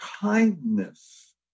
kindness